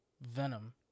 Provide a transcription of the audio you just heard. Venom